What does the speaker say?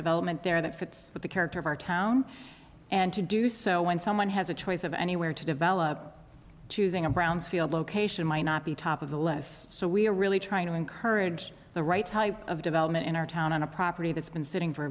development there that fits with the character of our town and to do so when someone has a choice of anywhere to develop choosing a browns field location might not be top of the list so we're really trying to encourage the right type of development in our town on a property that's been sitting for